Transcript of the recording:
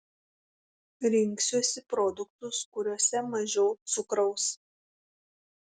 rinksiuosi produktus kuriuose mažiau cukraus